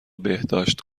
بهداشت